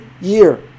year